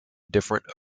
different